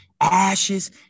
ashes